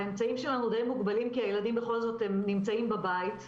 האמצעים שלנו די מוגבלים כי הילדים בכל זאת נמצאים בבית,